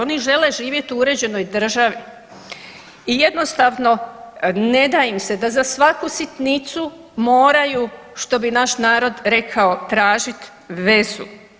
Oni žele živjeti u uređenoj državi i jednostavno ne da im se da za svaku sitnicu moraju što bi naš narod rekao tražit vezu.